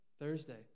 Thursday